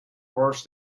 worse